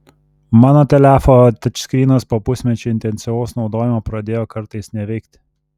mano telefo tačskrynas po pusmečio intensyvaus naudojimo pradėjo kartais neveikt